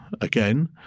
again